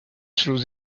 through